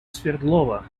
свердлова